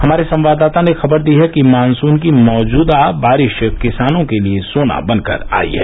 हमारे संवाददाता ने खबर दी है कि मॉनसून की मौजूदा बारिश किसानों के लिए सोना बनकर आई है